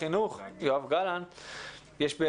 יש איזושהי הזדמנות מכיוון שההשכלה